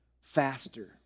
faster